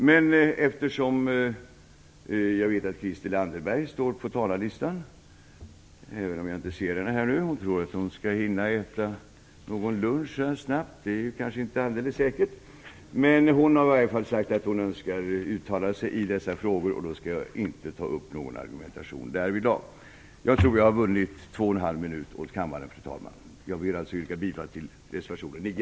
Men eftersom jag vet att Christel Anderberg står på talarlistan - även om jag inte ser henne här nu, hon tror kanske att hon snabbt skall hinna äta lunch - och hon har sagt att hon önskar uttala sig i dessa frågor, skall jag inte ta upp någon argumentation därvidlag. Jag tror att jag har vunnit två och en halv minut åt kammaren, fru talman. Jag vill yrka bifall till reservationen 9.